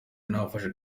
nafashe